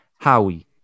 Howie